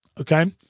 Okay